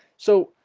so